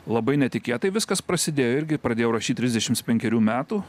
labai netikėtai viskas prasidėjo irgi pradėjau rašyt trisdešims penkerių metų